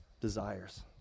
desires